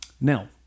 now